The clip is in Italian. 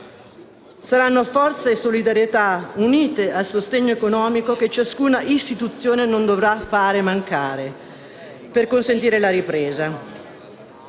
Saranno forza e solidarietà unite al sostegno economico, che ciascuna istituzione non dovrà fare mancare, a consentire la ripresa.